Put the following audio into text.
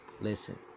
listen